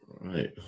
Right